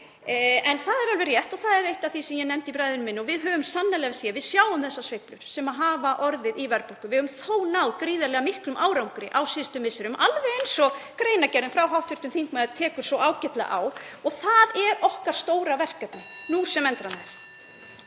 En það er alveg rétt, og það er eitt af því sem ég nefndi í ræðu minni og við höfum sannarlega séð, að við sjáum þær sveiflur sem hafa orðið á verðbólgu. Við höfum þó náð gríðarlega miklum árangri á síðustu misserum, alveg eins og greinargerðin frá hv. þingmanni tekur ágætlega á og það er okkar stóra verkefni nú sem endranær.